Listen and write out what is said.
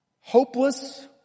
hopeless